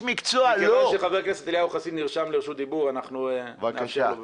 מכיוון שחבר הכנסת אליהו חסיד נרשם לרשות דיבור אנחנו נאפשר לו.